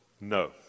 no